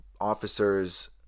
officers